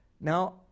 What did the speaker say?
Now